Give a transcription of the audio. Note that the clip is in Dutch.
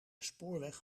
spoorweg